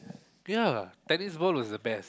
ya tennis ball was the best